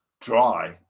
dry